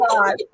God